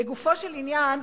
לגופו של עניין,